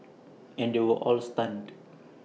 and they were all stunned